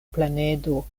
planedo